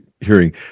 hearing